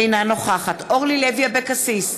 אינה נוכחת אורלי לוי אבקסיס,